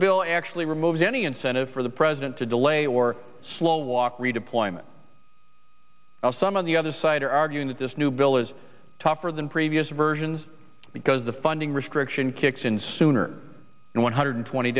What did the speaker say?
bill actually removes any incentive for the president to delay or slow redeployment some of the other side are arguing that this new bill is tougher than previous versions because the funding restriction kicks in sooner than one hundred twenty